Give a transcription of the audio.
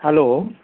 hello